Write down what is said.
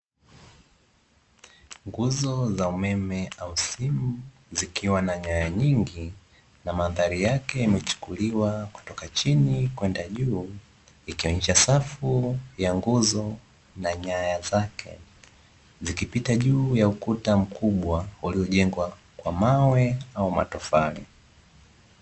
Nguzo za umeme au simu zikiwa na nyaya nyingi na mandhari yake yamechukuliwa kutoka chini kwenda juu, ikionyesha safu ya nguzo na nyaya zake, zikipita juu ya ukuta mkubwa uliojengwa kwa mawe au matofali.